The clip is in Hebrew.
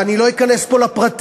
ואני לא אכנס פה לפרטים,